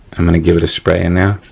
i'm gonna give it a spray in there.